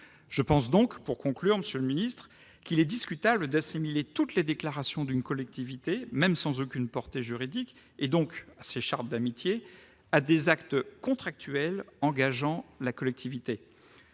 Je pense donc, pour conclure, qu'il est discutable d'assimiler toutes les déclarations d'une collectivité, même sans aucune portée juridique, et donc ces chartes d'amitié, à des actes contractuels engageant la collectivité.